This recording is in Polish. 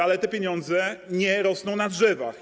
Ale te pieniądze nie rosną na drzewach.